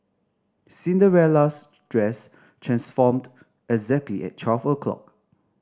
Cinderella's dress transformed exactly at twelve o'clock